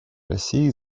россии